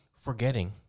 forgetting